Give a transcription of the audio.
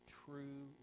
true